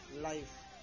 life